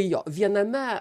jo viename